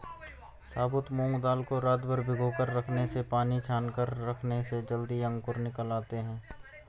साबुत मूंग दाल को रातभर भिगोकर रखने से पानी छानकर रखने से जल्दी ही अंकुर निकल आते है